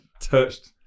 touched